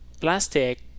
plastic